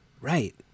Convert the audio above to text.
right